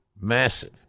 massive